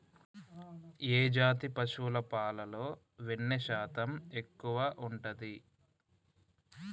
ఏ జాతి పశువుల పాలలో వెన్నె శాతం ఎక్కువ ఉంటది?